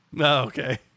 okay